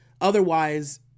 Otherwise